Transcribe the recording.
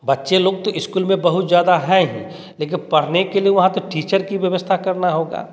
बच्चे लोग तो स्कूल में बहुत ज़्यादा है ही लेकिन पढ़ने के लिए वहाँ तो टीचर कि व्यवस्था करना होगा